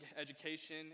education